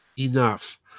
Enough